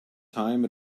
time